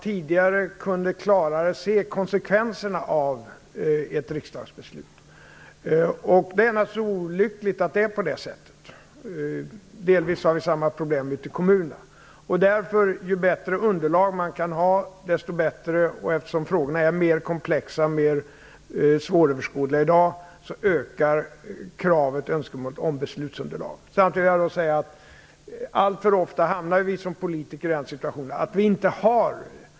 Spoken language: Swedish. Tidigare kunde man klarare se konsekvenserna av ett riksdagsbeslut. Det är naturligtvis olyckligt att det är på det sättet. Vi har delvis samma problem ute i kommunerna. Men ju bättre underlag man har desto bättre är det. Eftersom frågorna är mer komplexa och mer svåröverskådliga i dag ökar önskemålet om beslutsunderlag. Samtidigt vill jag säga att allt för ofta hamnar vi som politiker i den situationen att vi inte har det.